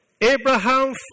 Abraham